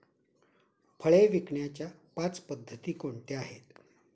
फळे विकण्याच्या पाच पद्धती कोणत्या आहेत?